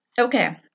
Okay